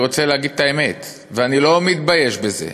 אני רוצה להגיד את האמת, ואני לא מתבייש בזה,